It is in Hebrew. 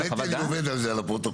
האמת היא שאני עובד על הפרוטוקול.